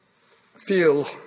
feel